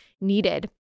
needed